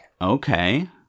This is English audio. Okay